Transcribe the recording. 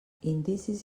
indicis